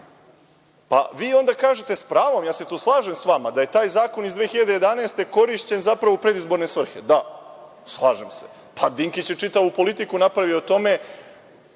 Pa, vi onda kažete s pravom, ja se tu slažem s vama, da je taj zakon iz 2011. godine korišćen zapravo u predizborne svrhe. Da, slažem se. Pa, Dinkić je čitavu politiku napravio na tome